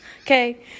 okay